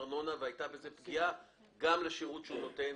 והייתה בזה פגיעה גם לשירות שהוא נותן,